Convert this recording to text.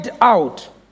out